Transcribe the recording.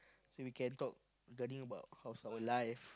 so we can talk learning about how's our life